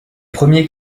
premiers